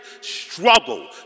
struggle